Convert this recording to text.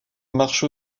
marche